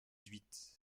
huit